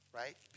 right